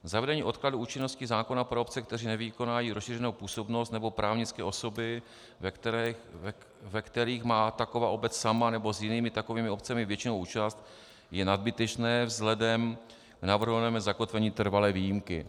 Zavedení odkladu účinnosti zákona pro obce, které nevykonávají rozšířenou působnost, nebo právnické osoby, ve kterých má taková obec sama nebo s jinými takovými obcemi většinovou účast, je nadbytečné vzhledem k navrhovanému zakotvení trvalé výjimky.